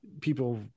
people